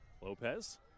Lopez